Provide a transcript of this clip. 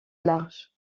large